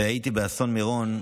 והייתי באסון מירון,